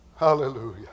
Hallelujah